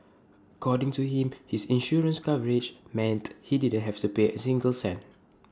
according to him his insurance coverage meant he didn't have to pay A single cent